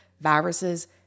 viruses